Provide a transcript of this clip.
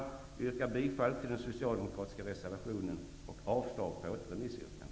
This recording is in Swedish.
Jag yrkar bifall till den socialdemokratiska reservationen och avslag på återremissyrkandet.